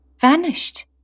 vanished